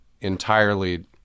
entirely